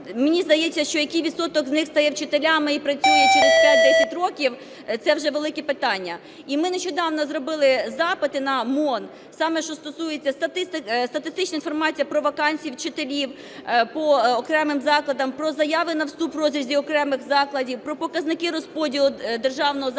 мені здається, що який відсоток з них стає вчителями і працює через 5-10 десять років – це вже велике питання. І ми нещодавно зробили запити на МОН, саме що стосується статистичної інформації про вакансії вчителів по окремим закладам, про заяви на вступ в розрізі окремих закладів, про показники розподілу державного замовлення.